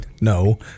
No